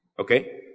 Okay